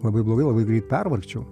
labai blogai labai greit pervargčiau